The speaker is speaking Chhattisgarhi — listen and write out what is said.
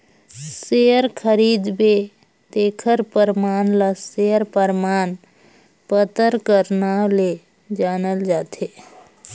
सेयर खरीदबे तेखर परमान ल सेयर परमान पतर कर नांव ले जानल जाथे